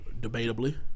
Debatably